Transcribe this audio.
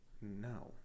No